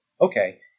Okay